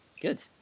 Good